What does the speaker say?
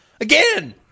again